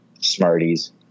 Smarties